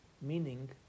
Meaning